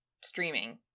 streaming